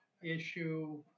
issue